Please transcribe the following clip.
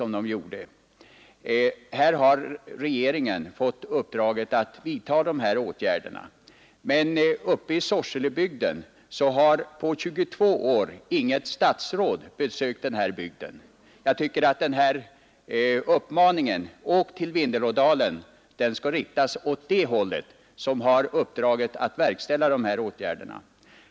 Regeringen har fått uppdraget att vidta de här åtgärderna, men uppe i Sorselebygden har på 22 år inget statsråd gjort ett besök. Uppmaningen att åka till Vindelådalen tycker jag skall riktas åt det hållet, där man har uppdraget att verkställa åtgärderna.